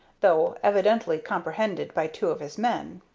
though evidently comprehended by two of his men.